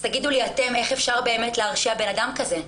אז תגידו לי אתם איך אפשר באמת להרשיע בן אדם כזה.